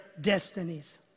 destinies